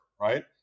Right